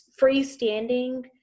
freestanding